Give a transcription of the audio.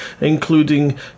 including